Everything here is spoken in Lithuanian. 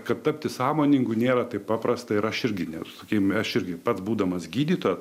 kad tapti sąmoningu nėra taip paprasta ir aš irgi ne sakykim aš irgi pats būdamas gydytojas